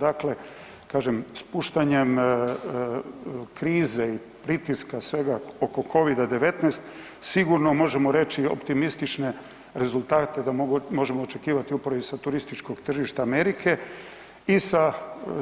Dakle, kažem spuštanjem krize i pritiska svega oko Covida-19 sigurno možemo reći optimističke rezultate da možemo očekivati upravo i sa turističkog tržišta Amerike i sa